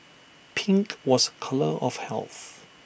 pink was A colour of health